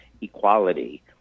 equality